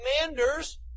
commanders